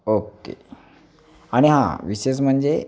okay आणि हां विशेष म्हणजे